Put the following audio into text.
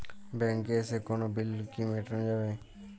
ব্যাংকে এসে কোনো বিল কি মেটানো যাবে?